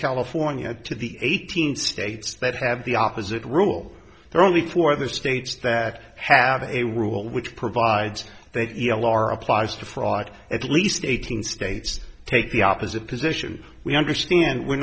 california to the eighteen states that have the opposite rule there only for those states that have a rule which provides that l r applies to fraud at least eighteen states take the opposite position we understand we're